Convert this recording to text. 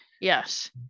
yes